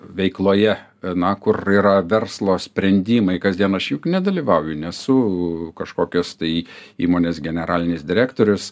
veikloje na kur yra verslo sprendimai kasdien aš juk nedalyvauju nesu kažkokios tai įmonės generalinis direktorius